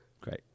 Great